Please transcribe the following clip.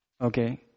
Okay